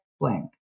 blank